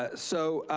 ah so,